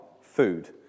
food